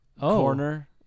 corner